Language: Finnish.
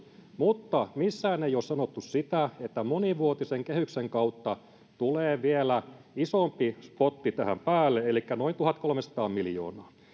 mutta missään ei ole sanottu sitä että monivuotisen kehyksen kautta tulee vielä isompi potti tähän päälle elikkä noin tuhatkolmesataa miljoonaa